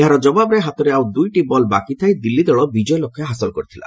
ଏହାର ଜବାବରେ ହାତରେ ଆଉ ଦୁଇଟି ବଲ ବାକି ଥାଇ ଦିଲ୍ଲୀ ଦଳ ବିଜୟ ଲକ୍ଷ୍ୟ ହାସଲ କରିଥିଲା